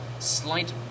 slight